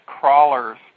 crawlers